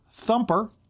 Thumper